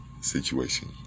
situation